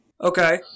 Okay